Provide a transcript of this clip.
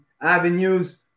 avenues